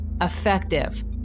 effective